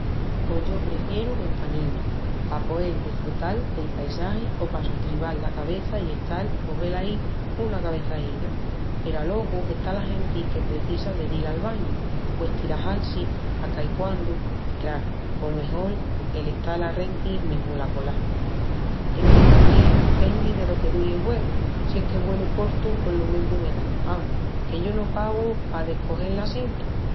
Pos yo prefieru ventanillu pa poel desfrutal del paisagi o pa sostribal la cabeça i echal, pos velái, una cabeçaína. Peru alogu está la genti que precisa de dil al bañu o estirajal-si a caiquandu i, craru, pos mejol el estal arrenti mesmu la colá. Enque tamién pendi delo que duri el vuelu. Si es vuelu cortu pos lo mesmu me da, amus, que yo no pagu pa descogel l'assientu.